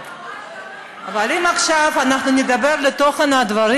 אבל אם עכשיו אנחנו נדבר על תוכן הדברים,